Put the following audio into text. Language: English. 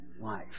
life